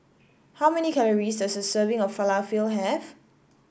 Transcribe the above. how many calories does a serving of Falafel have